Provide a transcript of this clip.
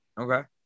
Okay